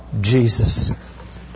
Jesus